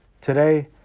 Today